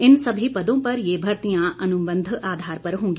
इन सभी पदों पर ये भर्तियां अनुबंध आधार पर होंगी